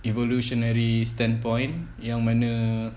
evolutionary standpoint yang mana